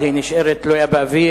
אבל היא נשארת תלויה באוויר.